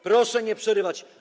Proszę nie przerywać.